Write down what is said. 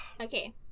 Okay